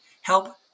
help